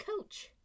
coach